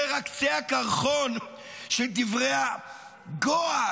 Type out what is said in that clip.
זה רק קצה הקרחון של דברי הגועל,